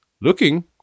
Looking